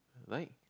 right